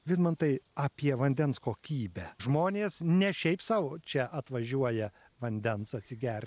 vidmantai apie vandens kokybę žmonės ne šiaip sau čia atvažiuoja vandens atsigerti